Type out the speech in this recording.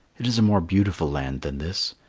it is a more beautiful land than this.